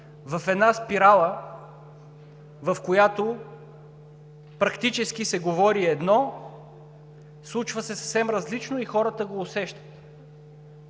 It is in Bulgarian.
в една спирала, в която практически се говори едно, случва се съвсем различно и хората го усещат.